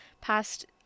past